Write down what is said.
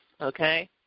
okay